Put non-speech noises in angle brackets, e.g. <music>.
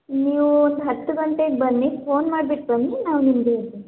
ನೀವು ಒಂದು ಹತ್ತು ಗಂಟೆಗೆ ಬನ್ನಿ ಫೋನ್ ಮಾಡ್ಬಿಟ್ಟು ಬನ್ನಿ ನಾವು <unintelligible>